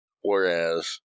whereas